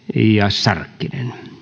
sarkkinen